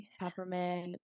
peppermint